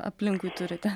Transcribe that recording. aplinkui turite